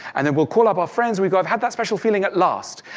and then we'll call up our friends, we'll go, i've had that special feeling at last.